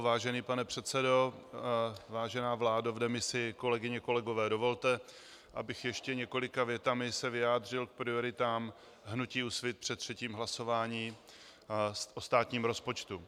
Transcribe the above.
Vážený pane předsedo, vážená vládo v demisi, kolegyně a kolegové, dovolte, abych se ještě několika větami vyjádřil k prioritám hnutí Úsvit před třetím hlasování o státním rozpočtu.